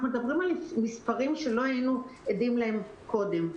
אנחנו מדברים על מספרים שלא היינו עדים להם קודם.